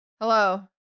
Hello